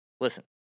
Listen